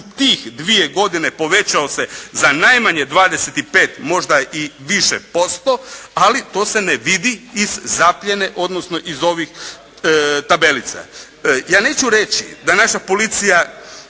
u tih dvije godine povećao se za najmanje 25 možda i više posto, ali to se ne vidi iz zapljene, odnosno iz ovih tabelica. Ja neću reći da naša policija